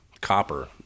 Copper